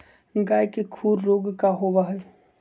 गाय के खुर रोग का होबा हई?